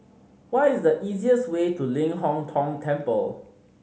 what is the easiest way to Ling Hong Tong Temple